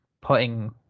putting